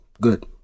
good